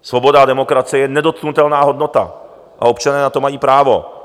Svoboda a demokracie je nedotknutelná hodnota a občané na to mají právo.